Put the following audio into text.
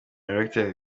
erectile